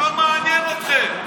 לא מעניין אתכם.